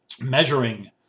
measuring